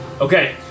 Okay